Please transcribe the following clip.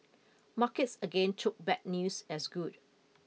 markets again took bad news as good